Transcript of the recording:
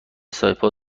سایپا